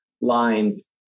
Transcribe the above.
lines